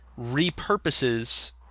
repurposes